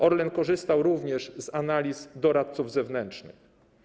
Orlen korzystał również z analiz doradców zewnętrznych.